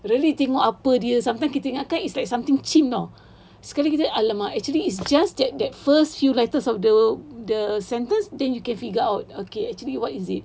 really tengok apa dia sometimes kita ingat kan it's something cheem [tau] sekali !alamak! it's just that that first few letters of the the sentence then you can figure out okay actually what is it